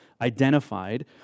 identified